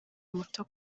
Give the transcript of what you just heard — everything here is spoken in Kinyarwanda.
muto